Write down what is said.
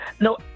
No